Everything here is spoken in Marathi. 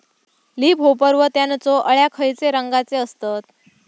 लीप होपर व त्यानचो अळ्या खैचे रंगाचे असतत?